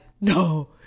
no